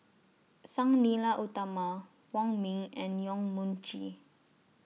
Sang Nila Utama Wong Ming and Yong Mun Chee